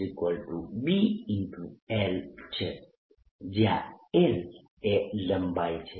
L છે જ્યા L એ લંબાઈ છે